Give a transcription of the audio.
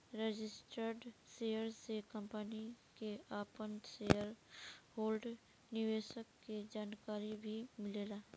registered share से company के आपन शेयर होल्डर निवेशक के जानकारी भी मिलेला